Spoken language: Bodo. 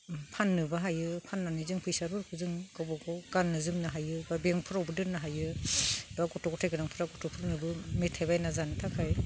फाननोबो हाय फाननानै जों फैसाफोरखौ जों गावबा गाव गाननो जोमनो हायो बा बेंकफोरावबो दोननो बा गथ' गथायगोनांफ्रा गथ' गथायफोरनो मेथाइ बायना जानो थाखाय